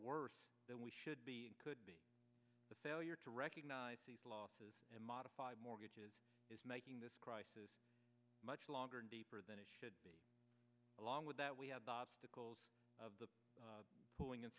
worse than we should be could be the failure to recognize these losses and modify mortgages is making this crisis much longer and deeper than it should be along with that we have obstacles of the pooling